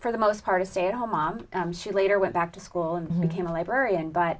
for the most part of stay at home mom she later went back to school and became a librarian but